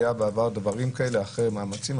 היו בעבר דברים כאלה אחרי מאמצים.